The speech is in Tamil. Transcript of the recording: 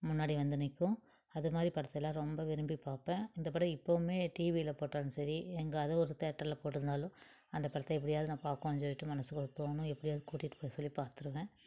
முன்னாடி வந்து நிற்கும் அதுமாதிரி படத்தைலாம் ரொம்ப விரும்பி பார்ப்பேன் இந்த படம் இப்பவுமே டிவியில போட்டாலும் சரி எங்காவது ஒரு தேட்டர்ல போட்டிருந்தாலும் அந்த படத்தை எப்படியாவது நான் பார்க்கணும் சொல்லிட்டு மனசுக்குள்ள தோணும் எப்படியாவது கூட்டிட்டு போக சொல்லி பார்த்துருவேன்